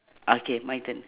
okay my turn